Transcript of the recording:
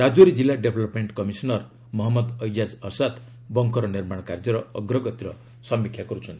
ରାଜୌରୀ କିଲ୍ଲା development commissioner Mohammad Aijaz Asad bunker ନିର୍ମାଣ କାର୍ଯ୍ୟର ଅଗ୍ରଗତିର ସମୀକ୍ଷା କରିଛନ୍ତି